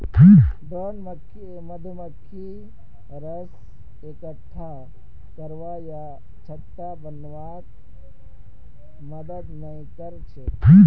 drone मधुमक्खी रस इक्कठा करवा या छत्ता बनव्वात मदद नइ कर छेक